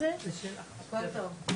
כשירות ומדדים כדי לשמור על בריאותם.